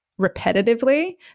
repetitively